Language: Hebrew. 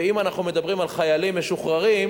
ואם אנחנו מדברים על חיילים משוחררים,